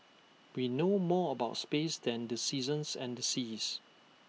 we know more about space than the seasons and the seas